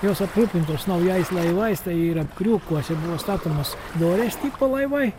jos aprūpintos naujais laivais tai yra kriūkuose buvo statomos jorės tipo laivai